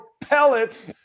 pellets